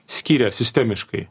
skyrę sistemiškai